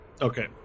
Okay